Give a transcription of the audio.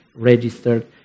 registered